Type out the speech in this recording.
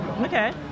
Okay